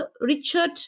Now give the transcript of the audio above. Richard